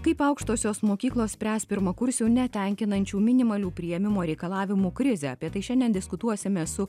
kaip aukštosios mokyklos spręs pirmakursių netenkinančių minimalių priėmimo reikalavimų krizę apie tai šiandien diskutuosime su